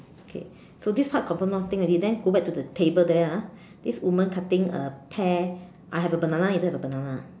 okay so this part confirm nothing already then go back to the table there ah this woman cutting a pear I have a banana you don't have a banana